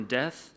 death